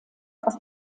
aus